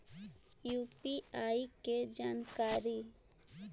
UPI के जानकारी?